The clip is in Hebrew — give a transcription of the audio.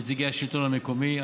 נציגי השלטון המקומי,